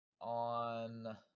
on